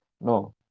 no